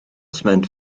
sment